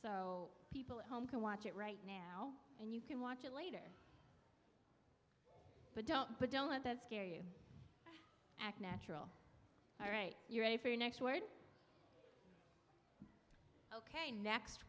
so people at home can watch it right now and you can watch it later but don't but don't let that scare you act natural all right you ready for your next word ok next